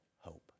hope